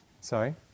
Sorry